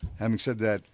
having said that,